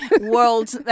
world